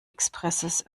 expresses